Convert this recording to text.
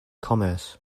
commerce